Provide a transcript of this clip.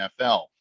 NFL